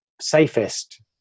safest